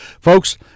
Folks